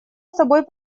собой